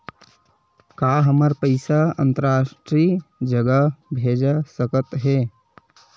का हमर पईसा अंतरराष्ट्रीय जगह भेजा सकत हे?